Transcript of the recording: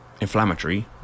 inflammatory